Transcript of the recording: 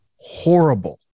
horrible